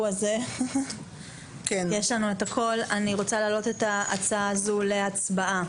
אני רוצה להעלות את ההצעה הזאת להצבעה.